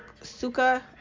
suka